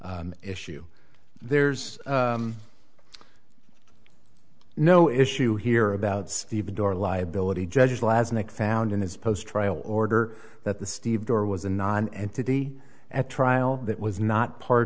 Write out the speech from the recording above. issue there's no issue here about stevedore liability judges laz nick found in his post trial order that the steve door was a non entity at trial that was not part